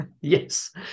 Yes